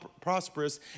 prosperous